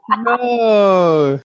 no